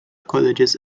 colleges